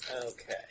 Okay